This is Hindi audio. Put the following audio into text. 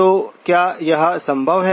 तो क्या यह संभव है